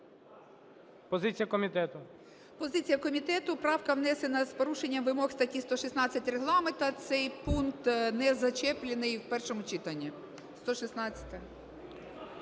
ТРЕТЬЯКОВА Г.М. Позиція комітету: правка внесена з порушенням вимог статті 116 Регламенту. Цей пункт не зачеплений в першому читанні. 116-а…